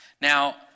Now